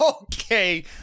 Okay